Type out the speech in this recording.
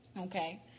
okay